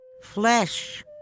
Flesh